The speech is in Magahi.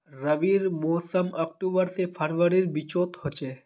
रविर मोसम अक्टूबर से फरवरीर बिचोत होचे